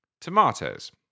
tomatoes